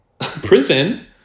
prison